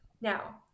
Now